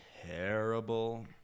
terrible